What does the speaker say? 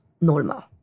normal